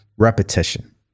repetition